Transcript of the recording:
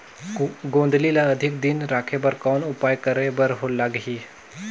गोंदली ल अधिक दिन राखे बर कौन उपाय करे बर लगही?